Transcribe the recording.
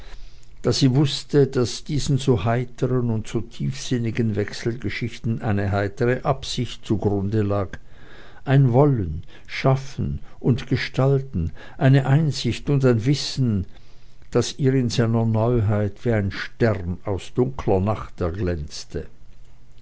da sie wußte daß diesen so heiteren und so tiefsinnigen wechselgeschichten eine heitere absicht zugrunde lag ein wollen schaffen und gestalten eine einsicht und ein wissen das ihr in seiner neuheit wie ein stern aus dunkler nacht erglänzte